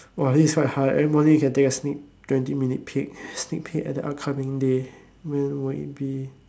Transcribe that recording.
!wah! this is quite hard every morning can take a sneak twenty minutes peek sneak peek at the upcoming day when would it be